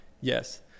Yes